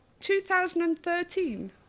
2013